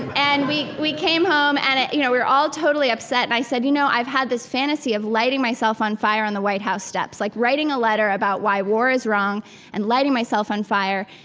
and we we came home, and we you know were all totally upset and i said, you know, i've had this fantasy of lighting myself on fire on the white house steps. like, writing a letter about why war is wrong and lighting myself on fire.